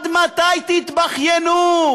עד מתי תתבכיינו?